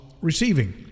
receiving